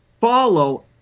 follow